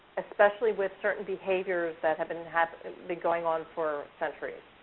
especially, with certain behaviors that have been have been going on for centuries.